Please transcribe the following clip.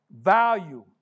Value